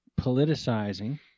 politicizing